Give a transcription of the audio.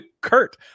Kurt